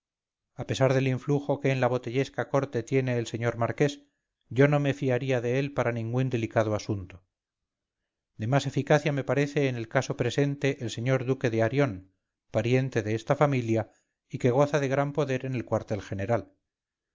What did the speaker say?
a pesar del influjo que en la botellesca corte tiene el señor marqués yo no me fiaría de él para ningún delicado asunto de más eficacia me parece en el caso presente el señor duque de arión pariente de esta familia y que goza de gran poder en el cuartel general